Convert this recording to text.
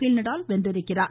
பேல் நடால் வென்றுள்ளார்